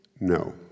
No